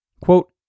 Quote